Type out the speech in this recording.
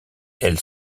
elle